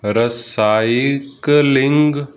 recycling